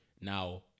Now